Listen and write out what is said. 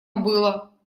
было